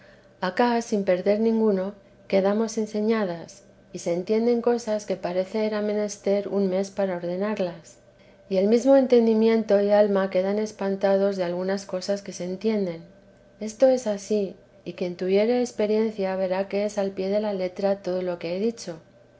acá sin perder ninteresa de jesús c guno quedamos enseñadas y se entienden cosas que parece era menester un mes para ordenarlas y el mesmo entendimiento y alma quedan espantados de algunas cosas que se entienden esto es ansí y quien tuviere experiencia verá que es al pie de la letra todo lo que he dicho